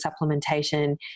supplementation